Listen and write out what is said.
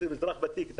כאזרח ותיק,